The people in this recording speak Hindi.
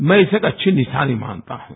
मैं इसे एक अच्छी निशानी मानता हूं